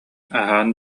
аһаан